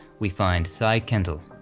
we find cy kendall.